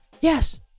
Yes